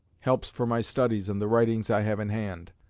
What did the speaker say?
helps for my studies and the writings i have in hand.